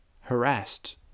harassed